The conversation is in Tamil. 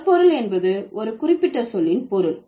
சொற்பொருள் என்பது ஒரு குறிப்பிட்ட சொல்லின் பொருள்